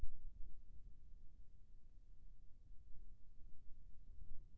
मूंगफली के उसकाय के सब्बो ले बढ़िया कोन सा मशीन हेवय?